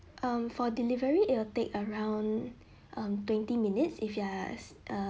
um for delivery it will take around um twenty minutes if you are s~ err